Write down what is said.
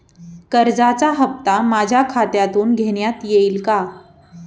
कर्जाचा हप्ता माझ्या खात्यातून घेण्यात येईल का?